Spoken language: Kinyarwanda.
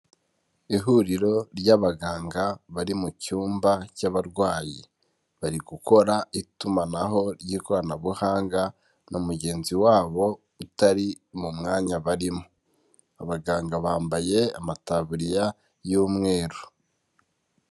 Ihuriro ry'abaganga bari mu cyumba cy'abarwayi, bari gukora itumanaho ry'ikoranabuhanga na mugenzi wabo utari mu mwanya barimo. Abaganga bambaye amataburiya y'umweru.